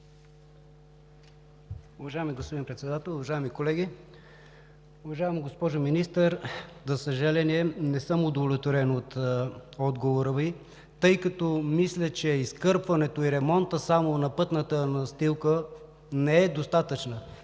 Уважаема госпожо Министър, за съжаление, не съм удовлетворен от отговора Ви, тъй като мисля, че изкърпването и ремонтът само на пътната настилка не е достатъчно.